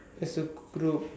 yes true true